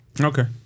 Okay